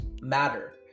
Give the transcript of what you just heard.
matter